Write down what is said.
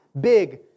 big